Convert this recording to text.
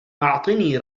أعطني